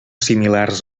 similars